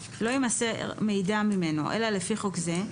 לא יימסר מידע ממנו אלא לפי חוק זה,